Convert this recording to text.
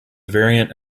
variant